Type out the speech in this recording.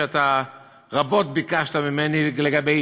שרבות ביקשת ממני לגבי,